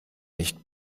nicht